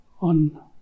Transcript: on